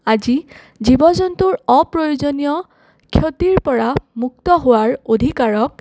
আজি জীৱ জন্তুৰ অপ্ৰয়োজনীয় ক্ষতিৰ পৰা মুক্ত হোৱাৰ অধিকাৰক